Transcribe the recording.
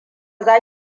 za